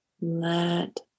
let